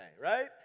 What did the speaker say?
right